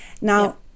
now